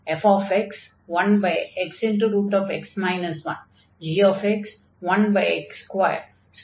f1xx 1 g 1x2